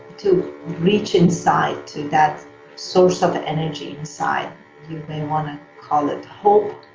to reach inside to that source of energy inside, you may want to call it hope.